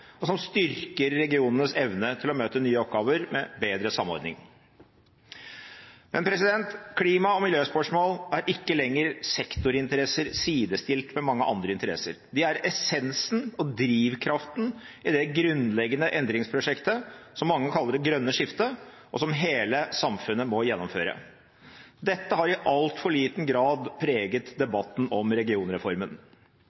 og som styrker regionenes evne til å møte nye oppgaver med bedre samordning. Men klima- og miljøspørsmål er ikke lenger sektorinteresser sidestilt med mange andre interesser. De er essensen og drivkraften i det grunnleggende endringsprosjektet som mange kaller det grønne skiftet, og som hele samfunnet må gjennomføre. Dette har i altfor liten grad preget